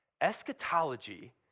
Eschatology